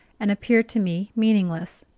and appeared to me meaningless.